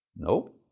nope?